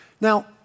Now